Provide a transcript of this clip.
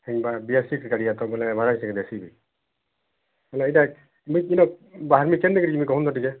କିମ୍ୱା ବିଆର୍ସିକ୍ ଗାଡ଼ିଯାକ ବୋଲେ ଭଡ଼ା ଟିକେ ଦେଖିବି ହେଲେ ଏଇଟା ନିଶ୍ଚିତ ବାହାରି ଯାଇଛନ୍ତି କହନ୍ତୁ ଟିକେ